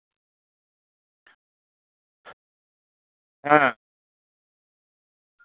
ᱦᱮᱸ